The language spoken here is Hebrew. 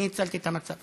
אני הצלתי את המצב.